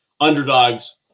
underdogs